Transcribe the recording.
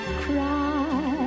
cry